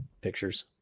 pictures